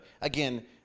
again